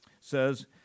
says